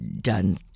done